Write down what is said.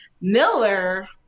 Miller